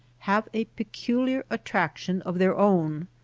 have a peculiar attraction of their own.